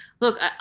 look